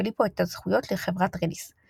את הזכויות לחברת רדיס.